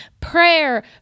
prayer